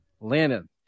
Landon